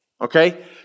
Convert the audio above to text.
okay